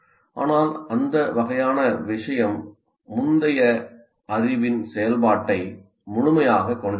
ஆனால் அந்த வகையான விஷயம் முந்தைய அறிவின் செயல்பாட்டை முழுமையாகக் கொண்டிருக்கவில்லை